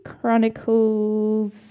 Chronicles